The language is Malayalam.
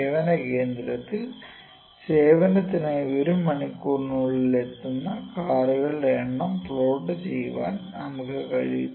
സേവന കേന്ദ്രത്തിൽ സേവനത്തിനായി ഒരു മണിക്കൂറിനുള്ളിൽ എത്തുന്ന കാറുകളുടെ എണ്ണം പ്ലോട്ട് ചെയ്യാൻ നമുക്കു കഴിയും